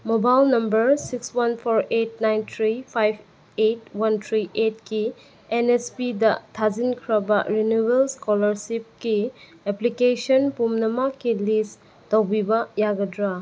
mobile number six one four eight nine three five eight one three ꯑꯠꯀꯤ N S ꯄꯤꯗ ꯊꯥꯖꯤꯟꯈ꯭ꯔꯕ renewal ꯏꯁꯀꯣꯂꯔꯁꯤꯞꯀꯤ application ꯄꯨꯝꯅꯃꯛꯀꯤ ꯂꯤꯁ ꯇꯧꯕꯤꯕ ꯌꯥꯒꯗ꯭ꯔꯥ